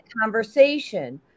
conversation